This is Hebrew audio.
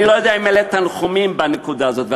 אני לא יודע אם אלה תנחומים בנקודה הזאת.